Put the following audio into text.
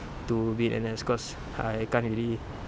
to be in N_S cause I can't really